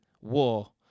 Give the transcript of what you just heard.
war